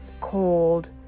cold